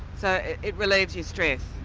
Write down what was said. so it relieves your stress?